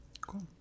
Cool